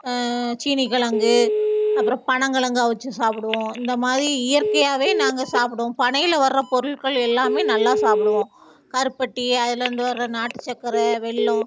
சீனி கெழங்கு அப்புறம் பனங்கெழங்கு அவிச்சி சாப்பிடுவோம் இந்த மாதிரி இயற்கையாகவே நாங்கள் சாப்பிடுவோம் பனையில் வர பொருள்கள் எல்லாமே நல்லா சாப்பிடுவோம் கருப்பட்டி அதுலேருந்து வர நாட்டுச்சக்கரை வெல்லம்